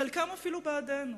חלקם אפילו בעדנו,